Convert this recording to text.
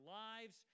lives